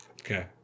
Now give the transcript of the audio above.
Okay